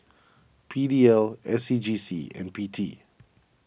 P D L S C G C and P T